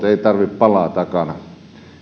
ei tarvitse palaa takana